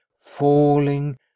falling